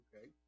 Okay